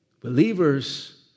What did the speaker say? Believers